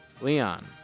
Leon